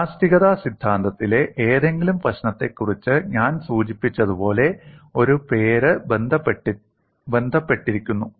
ഇലാസ്തികത സിദ്ധാന്തത്തിലെ ഏതെങ്കിലും പ്രശ്നത്തെക്കുറിച്ച് ഞാൻ സൂചിപ്പിച്ചതുപോലെ ഒരു പേര് ബന്ധപ്പെട്ടിരിക്കുന്നു